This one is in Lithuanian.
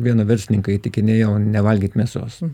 vieną verslininką įtikinėjau nevalgyt mėsos